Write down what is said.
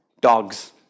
dogs